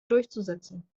durchzusetzen